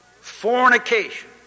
fornication